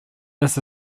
this